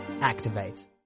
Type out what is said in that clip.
activate